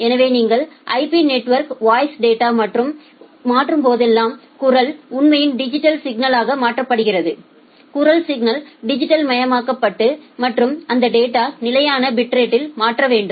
எனவே நீங்கள் IP network voice data மாற்றும் போதெல்லாம் குரல் உண்மையில் டிஜிட்டல் சிக்னலாக மாற்றப்படுகிறது குரல் சிக்னல் டிஜிட்டல் மயமாக்கப்பட்டு மற்றும் அந்த டேட்டா நிலையான பிட்ரேடில் மாற்ற வேண்டும்